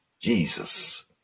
Jesus